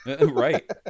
Right